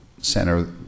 center